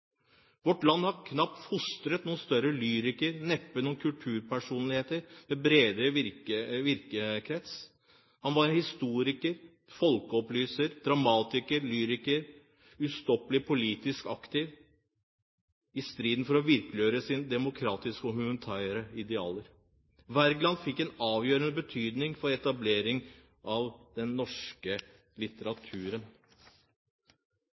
Vårt land har knapt fostret noen større lyriker, og neppe noen kulturpersonlighet med bredere virkekrets. Han var historiker, folkeopplyser, dramatiker, lyriker og ustoppelig politisk aktiv i striden for å virkeliggjøre sine demokratiske og humanitære idealer. Wergeland fikk en avgjørende betydning for etablering av den norske